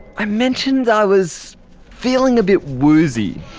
i mentioned i was feeling a bit woozy.